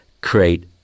create